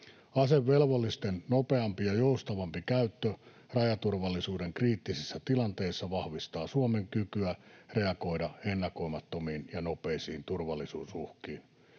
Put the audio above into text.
Asevelvollisten nopeampi ja joustavampi käyttö rajaturvallisuuden kriittisissä tilanteissa vahvistaa Suomen kykyä reagoida ennakoimattomiin ja nopeisiin turvallisuusuhkiin.